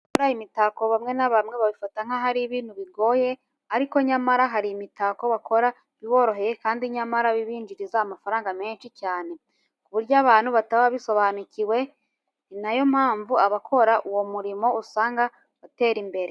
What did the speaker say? Abantu bakora imitako bamwe na bamwe babifata nk'aho ari ibintu bigoye, ariko nyamara hari n'imitako bakora biboroheye kandi nyamara bibinjiriza amafaranga menshi cyane, ku buryo abantu bataba babisobanukiwe. Ni na yo mpamvu abakora uwo murimo usanga batera imbere.